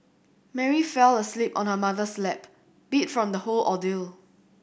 Mary fell asleep on her mother's lap beat from the whole ordeal